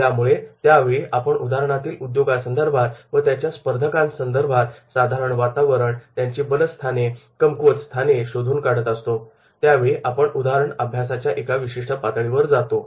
यामुळे ज्या वेळी आपण उदाहरणातील उद्योगासंदर्भात व त्याच्या स्पर्धकांसंदर्भात साधारण वातावरण त्यांची बलस्थाने कमकुवतस्थाने शोधून काढत असतो त्यावेळीही आपण उदाहरण अभ्यासाच्या एका विशिष्ट पातळीवर जातो